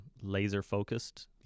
laser-focused